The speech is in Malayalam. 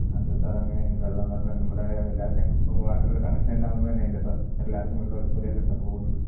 അതെന്താ സാർ അങ്ങനെ വെള്ളം വരുന്നത് നമ്മുടെ എല്ലാവരുടെയും വാട്ടർലെ കണക്ഷൻ എല്ലാം ഒന്ന് തന്നെയല്ലേ സാർ എല്ലാവർക്കും വെള്ളം ഒരുപോലെയല്ലേ സാർ പോകുന്നത്